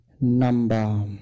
number